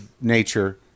nature